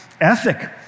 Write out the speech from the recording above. ethic